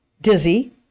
dizzy